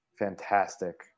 fantastic